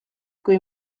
kui